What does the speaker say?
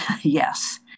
Yes